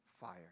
fire